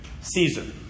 Caesar